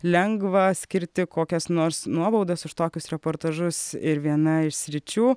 lengva skirti kokias nors nuobaudas už tokius reportažus ir viena iš sričių